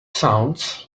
sounds